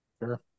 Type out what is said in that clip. Sure